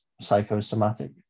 psychosomatic